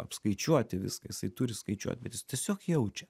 apskaičiuoti viską jisai turi skaičiuot bet jis tiesiog jaučia